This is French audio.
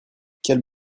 quelle